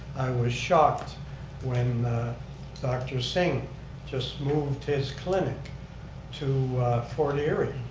was shocked when dr. singh just moved his clinic to fort erie.